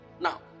Now